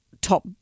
top